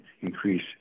increase